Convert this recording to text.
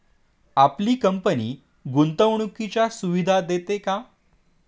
आपली कंपनी गुंतवणुकीच्या सुविधा देते का?